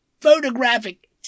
photographic